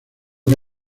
que